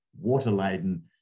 water-laden